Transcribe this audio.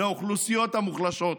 לאוכלוסיות המוחלשות.